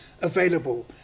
available